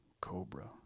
cobra